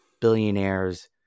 billionaires